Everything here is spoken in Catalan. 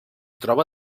troba